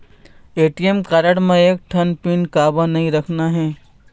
ATM card म एक ठन पिन काबर नई रखना हे?